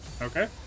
Okay